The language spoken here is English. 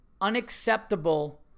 unacceptable